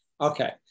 Okay